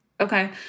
Okay